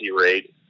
rate